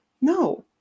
no